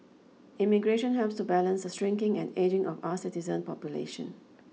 immigration helps to balance the shrinking and ageing of our citizen population